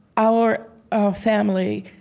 our our family,